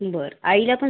बरं आईला पण